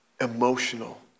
emotional